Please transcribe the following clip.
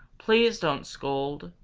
please don't scold,